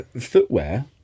Footwear